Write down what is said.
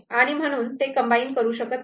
आणि म्हणून ते कंबाईन करू शकत नाही